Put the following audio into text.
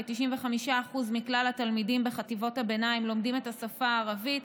כ-95% מהתלמידים בחטיבות הביניים לומדים את השפה הערבית.